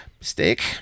mistake